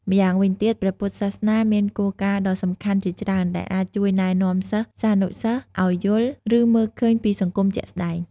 ម្យ៉ាងវិញទៀត ព្រះពុទ្ធសាសនាមានគោលការណ៍ដ៏សំខាន់ជាច្រើនដែលអាចជួយណែនាំសិស្សានុសិស្សឲ្យយល់ ឬមើលឃើញពីសង្គមជាក់ស្ដែង។